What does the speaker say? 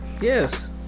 Yes